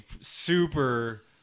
super